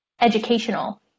educational